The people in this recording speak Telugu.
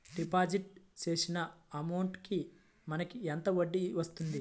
డిపాజిట్ చేసిన అమౌంట్ కి మనకి ఎంత వడ్డీ వస్తుంది?